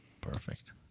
Perfect